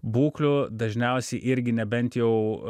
būklių dažniausiai irgi nebent jau